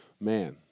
man